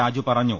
രാജു പറഞ്ഞു